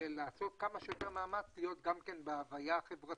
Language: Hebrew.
לעשות מאמץ להיות בהוויה החברתית,